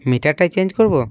মিটারটাই change করব